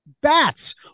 bats